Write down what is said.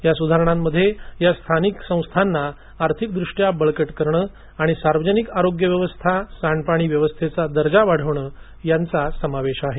या सुधारणांमध्ये या संस्थांना आर्थिकदृष्ट्या बळकट करणं आणि सार्वजनिक आरोग्यव्यवस्था आणि सांडपाणी व्यवस्थेचा दर्जा वाढवणं यांचा समावेश आहे